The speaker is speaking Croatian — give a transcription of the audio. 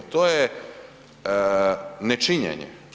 To je nečinjenje.